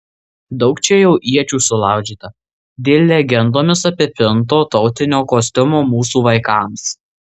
daug čia jau iečių sulaužyta dėl legendomis apipinto tautinio kostiumo mūsų vaikams